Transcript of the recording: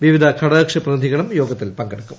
വിവിധ ഘടകകക്ഷി പ്രതിനിധികളും യോഗത്തിൽ പങ്കെടുക്കും